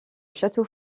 château